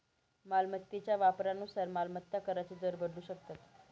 मालमत्तेच्या वापरानुसार मालमत्ता कराचे दर बदलू शकतात